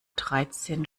dreizehn